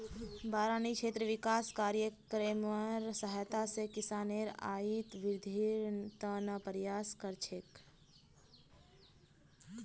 बारानी क्षेत्र विकास कार्यक्रमेर सहायता स किसानेर आइत वृद्धिर त न प्रयास कर छेक